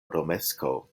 romeskaŭ